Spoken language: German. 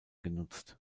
genutzt